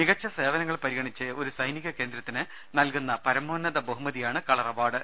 മികച്ച സേവനങ്ങൾ പരിഗ ണിച്ച് ഒരു സൈനിക കേന്ദ്രത്തിന് നൽകുന്ന പരമോന്നത ബഹുമതിയാണ് കളർ അവാർഡ്